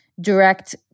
direct